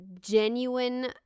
genuine